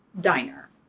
diner